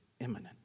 imminent